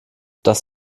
das